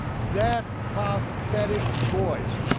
that prophetic voice,